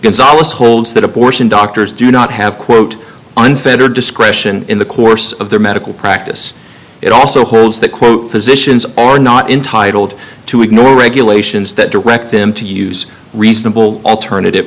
gonzales holds that abortion doctors do not have quote unfettered discretion in the course of their medical practice it also holds that quote physicians are not entitled to ignore regulations that direct them to use reasonable alternative